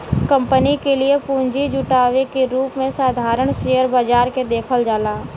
company के लिए पूंजी जुटावे के रूप में साधारण शेयर बाजार के देखल जाला